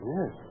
Yes